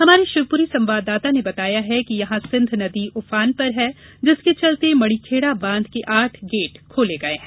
हमारे शिवपुरी संवाददाता ने बताया है कि यहां सिंध नदी उफान पर है जिसके चलते मणिखेड़ा बांध के आठ गेट खोले गये हैं